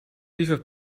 liever